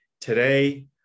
today